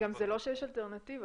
גם זה לא שיש אלטרנטיבות.